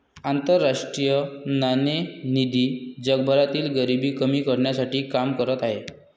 आंतरराष्ट्रीय नाणेनिधी जगभरातील गरिबी कमी करण्यासाठी काम करत आहे